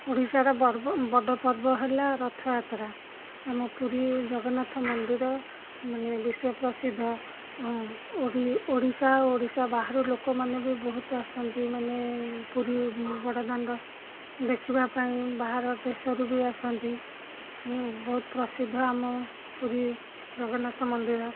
ଓଡ଼ିଶାର ପର୍ବ ବଡ଼ ପର୍ବ ହେଲା ରଥଯାତ୍ରା ଆମ ପୁରୀ ଜଗନ୍ନାଥ ମନ୍ଦିର ମାନେ ବିଶ୍ୱ ପ୍ରସିଦ୍ଧ ଓଡ଼ିଶା ଓଡ଼ିଶା ବାହାରୁ ଲୋକମାନେ ବି ବହୁତ ଆସନ୍ତି ମାନେ ପୁରୀ ବଡ଼ଦାଣ୍ଡ ଦେଖିବା ପାଇଁ ବାହାର ଦେଶରୁ ବି ଆସନ୍ତି ବହୁତ ପ୍ରସିଦ୍ଧ ଆମ ପୁରୀ ଜଗନ୍ନାଥ ମନ୍ଦିର